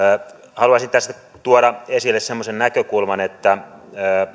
haluaisin tässä tuoda esille semmoisen näkökulman että